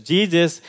Jesus